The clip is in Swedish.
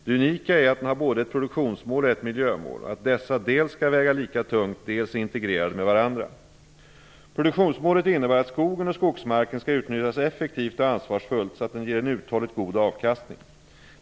Det unika är att den har både ett produktionsmål och ett miljömål och att dessa dels skall väga lika tungt, dels är integrerade med varandra. Produktionsmålet innebär att skogen och skogsmarken skall utnyttjas effektivt och ansvarsfullt så att den ger en uthålligt god avkastning.